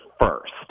first